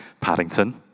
Paddington